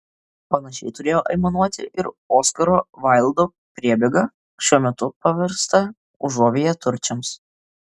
panašiai turėjo aimanuoti ir oskaro vaildo priebėga šiuo metu paversta užuovėja turčiams